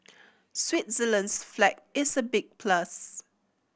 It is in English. Switzerland's flag is a big plus